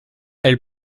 elle